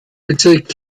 bezirk